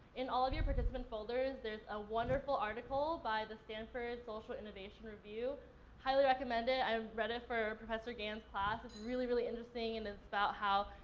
in all of your participant folders, there's a wonderful article by the stanford social innovation review. i highly recommend it. i read it for professor gann's class. it's really, really interesting and it's about how,